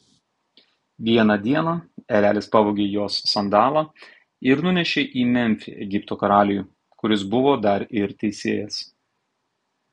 vieną dieną erelis pavogė jos sandalą ir nunešė į memfį egipto karaliui kuris buvo dar ir teisėjas